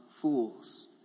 fools